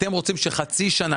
אתם רוצים שחצי שנה,